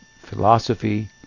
philosophy